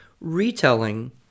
retelling